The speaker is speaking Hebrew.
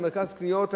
למרכז קניות,